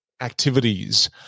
activities